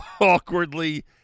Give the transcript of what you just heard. awkwardly